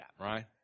right